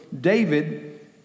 David